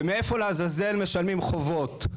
ומאיפה לעזאזל משלמים חובות.